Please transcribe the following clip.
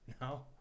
No